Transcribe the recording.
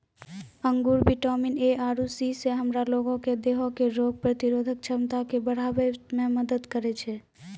अंगूर vitamin A आरु C से हमरा लोगो के देहो के रोग प्रतिरोधक क्षमता के बढ़ाबै मे मदत करै छै